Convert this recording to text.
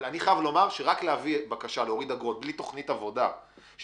אבל אני חייב לומר שרק להביא בקשה להוריד אגרות בלי תכנית עבודה שתכליתה